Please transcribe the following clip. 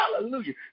hallelujah